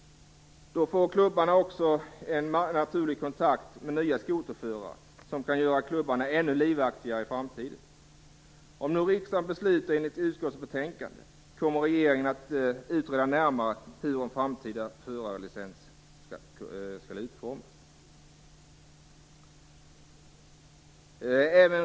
Då får klubbarna också en naturlig kontakt med nya skoterförare, som kan göra klubbarna ännu livaktigare i framtiden. Om riksdagen beslutar enligt hemställan i utskottsbetänkandet kommer regeringen att närmare utreda hur en framtida förarlicens skall utformas.